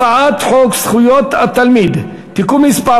הצעת חוק זכויות התלמיד (תיקון מס'